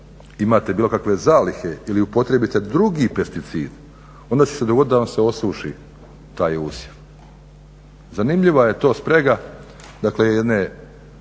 imate bilo kakve zalihe ili upotrijebite drugi pesticid onda će se dogoditi da vam se osuši taj usjev. Zanimljiva je to sprega dakle jedne